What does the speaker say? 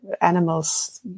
animals